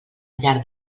llar